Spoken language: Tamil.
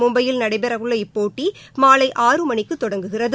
மும்பையில் நடைபெறவுள்ள இப்போட்டி மாலை ஆறு மணிக்கு தொடங்குகிறது